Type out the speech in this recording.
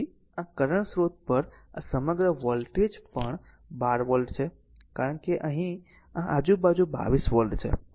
તેથી આ કરંટ સ્રોત પર આ સમગ્ર વોલ્ટેજ પણ 22 વોલ્ટ છે કારણ કે અહીં આ આજુબાજુ 22 વોલ્ટ છે